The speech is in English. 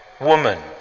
Woman